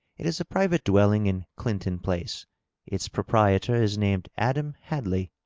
it is a private dwelling in clinton place its proprietor is named adam hadley